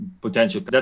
potential